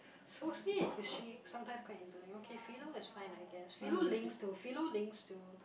Soci and History sometimes quite interlink okay Philo is fine I guess Philo links to Philo links to